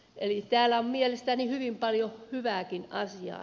eli täällä on mielestäni hyvin paljon hyvääkin asiaa